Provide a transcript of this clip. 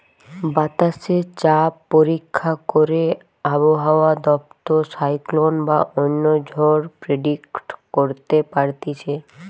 বাতাসে চাপ পরীক্ষা করে আবহাওয়া দপ্তর সাইক্লোন বা অন্য ঝড় প্রেডিক্ট করতে পারতিছে